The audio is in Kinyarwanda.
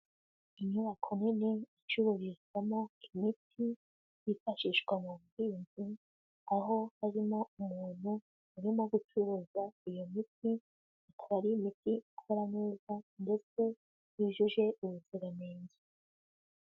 Inyubako nini icuururizwamo imiti yifashishwa mu buhinzi, aho harimo umuntu urimo gucuruza iyo miti, ikaba ari imiti ikora neza ndetse yujuje ubuziranenge.